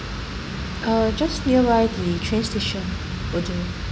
uh just nearby the train station will do